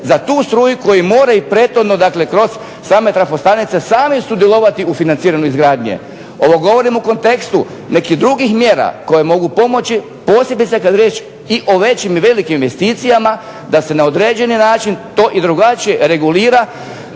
za tu struju koji moraju prethodno, dakle kroz same trafostanice sami sudjelovati u financiranju izgradnje. Ovo govorim u kontekstu nekih drugih mjera koje mogu pomoći, posebice kad je riječ i o većim i velikim investicijama da se na određeni način to i drugačije regulira